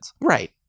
Right